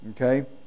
Okay